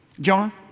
Jonah